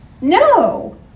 No